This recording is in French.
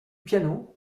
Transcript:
piano